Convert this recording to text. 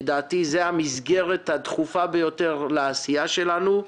לדעתי, זאת המסגרת הדחופה ביותר לעשייה שלנו.